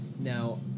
Now